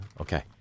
Okay